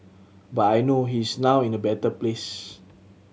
but I know he is now in a better place